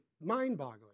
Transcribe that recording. mind-boggling